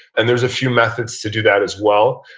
and there's a few methods to do that as well.